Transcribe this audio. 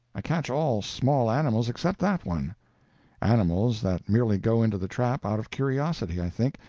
i catch all small animals except that one animals that merely go into the trap out of curiosity, i think,